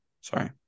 Sorry